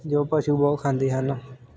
ਜੋ ਪਸ਼ੂ ਬਹੁਤ ਖਾਂਦੇ ਹਨ